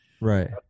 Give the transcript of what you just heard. Right